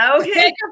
Okay